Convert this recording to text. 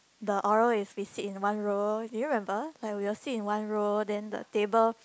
the oral is we sit in one row did you remember like we will sit in one row then the table